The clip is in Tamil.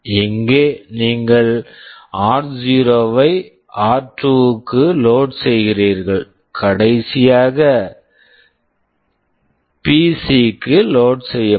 இங்கே நீங்கள் ஆர்0 r0 ஐ ஆர்2 r2 க்கு லோட் load செய்கிறீர்கள் கடைசியாக பிசி PC க்கு லோட் load செய்யப்படும்